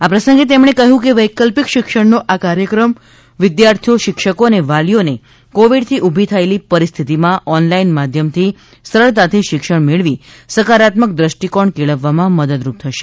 આ પ્રસંગે તેમણે કહ્યું કે વૈકલ્પિક શિક્ષણનો આ કાર્યક્રમ વિદ્યાર્થીઓ શિક્ષકો અને વાલીઓને કોવિડથી ઊભી થયેલી પરિસ્થિતિમાં ઓનલાઇન માધ્યમથી સરળતાથી શિક્ષણ મેળવી સકારાત્મક દૃષ્ટિકોણ કેળવવામાં મદદરૂપ થશે